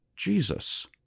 Jesus